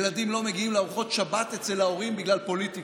ילדים לא מגיעים לארוחות שבת אצל ההורים בגלל פוליטיקה,